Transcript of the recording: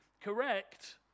correct